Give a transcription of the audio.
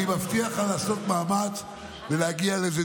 אני מבטיח לך לעשות מאמץ ולהגיע לאיזה